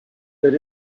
that